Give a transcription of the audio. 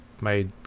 made